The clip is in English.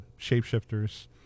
shapeshifters